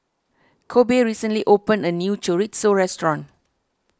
Kobe recently opened a new Chorizo restaurant